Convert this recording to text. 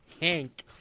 Hank